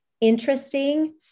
interesting